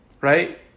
Right